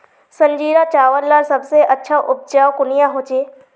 संजीरा चावल लार सबसे अच्छा उपजाऊ कुनियाँ होचए?